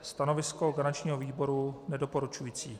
Stanovisko garančního výboru je nedoporučující.